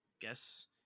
guess